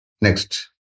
Next